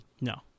No